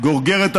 גרוגרת האויב,